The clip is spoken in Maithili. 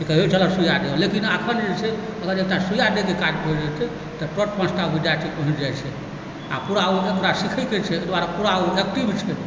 लेकिन एखन जे छै से एकटा सुइआ दै के काज पड़ि जेतैक तऽ तुरत पाँचटा विद्यार्थी पहुँचि जाइत छै आओर पूरा ओकरा सीखैके छै ओहि दुआरे पूरा ओ एक्टिव छै